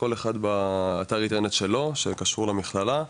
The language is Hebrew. כל אחד באתר אינטרנט שלו שקשור למכללה.